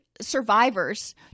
survivors